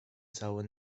cały